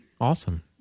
Awesome